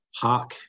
Park